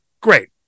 great